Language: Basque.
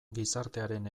gizartearen